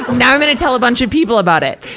now i'm gonna tell a bunch of people about it.